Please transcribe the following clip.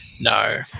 No